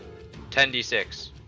10d6